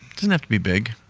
it doesn't have to be big.